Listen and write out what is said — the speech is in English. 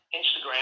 Instagram